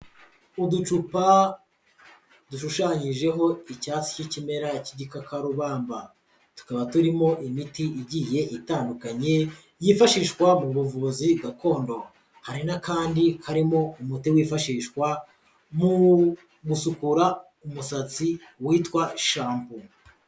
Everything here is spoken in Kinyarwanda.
Uducupa dushushanyijeho icyatsi k'ikimera cy'igikakarubamba, tukaba turimo imiti igiye itandukanye, yifashishwa mu buvuzi gakondo, hari n'akandi karimo umuti wifashishwa mu gusukura umusatsi witwa shampo.